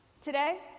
today